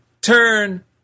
turn